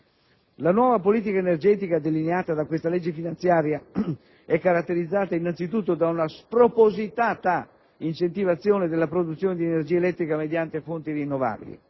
La nuova politica energetica delineata da questa legge finanziaria è caratterizzata, innanzitutto, da una spropositata incentivazione della produzione di energia elettrica mediante fonti rinnovabili.